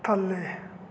ਥੱਲੇ